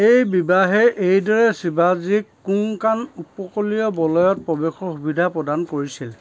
এই বিবাহে এইদৰে শিৱাজীক কোংকান উপকূলীয় বলয়ত প্ৰৱেশৰ সুবিধা প্ৰদান কৰিছিল